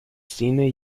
cine